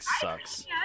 sucks